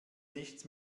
nichts